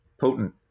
potent